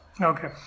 Okay